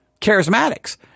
Charismatics